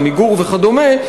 "עמיגור" וכדומה,